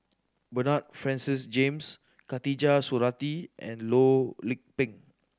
Bernard Francis James Khatijah Surattee and Loh Lik Peng